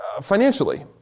financially